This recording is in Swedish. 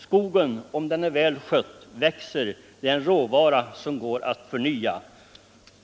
Skogen - om den är väl skött — växer. Det är en råvara som går att förnya.